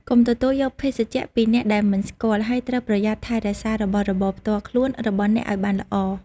កុំទទួលយកភេសជ្ជៈពីអ្នកដែលមិនស្គាល់ ហើយត្រូវ ប្រយ័ត្នថែរក្សារបស់របរផ្ទាល់ខ្លួន របស់អ្នកឲ្យបានល្អ។